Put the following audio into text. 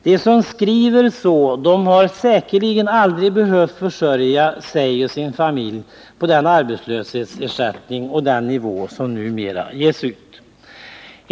De som skriver så har säkerligen aldrig behövt försörja sig och sin familj på den arbetslöshetsersättning som betalas ut.